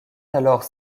alors